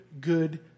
good